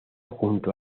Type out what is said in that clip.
junto